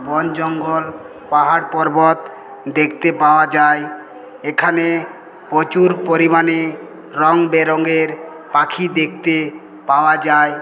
বন জঙ্গল পাহাড় পর্বত দেখতে পাওয়া যায় এখানে প্রচুর পরিমাণে রঙ বেরঙের পাখি দেখতে পাওয়া যায়